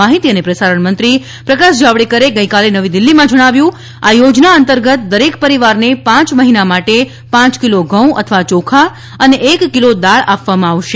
માહિતી અને પ્રસારણ મંત્રી પ્રકાશ જાવડેકરે ગઈકાલે નવી દિલ્ફીમાં જણાવ્યું કે આ યોજના અંતર્ગત દરેક પરિવારને પાંચ મહિના માટે પાંચ કિલો ઘઉં અથવા યોખા અને એક કિલોગ્રામ દાળ આપવામાં આવશે